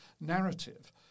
narrative